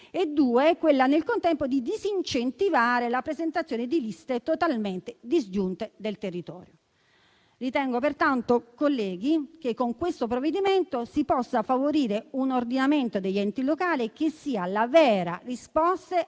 e al contempo di disincentivare la presentazione di liste totalmente disgiunte del territorio. Ritengo pertanto, colleghi, che con questo provvedimento si possa favorire un ordinamento degli enti locali che sia la vera risposta